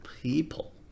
people